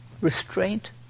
restraint